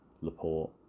Laporte